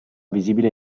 visibile